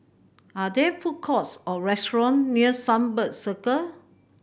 are there food courts or restaurant near Sunbird Circle